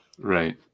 Right